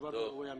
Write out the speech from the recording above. חשובה וראויה.